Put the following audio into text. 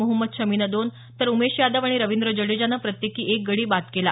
मोहम्मद शमीनं दोन तर जसप्रित ब्मराह उमेश यादव आणि रविंद्र जडेजानं प्रत्येकी एक गडी बाद केला